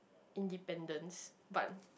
independence but